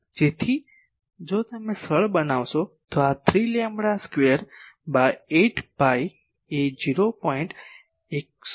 તેથી જો તમે સરળ બનાવશો તો આ 3 લેમ્બડા સ્ક્વેર બાય ૮ પાઈ એ 0